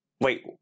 wait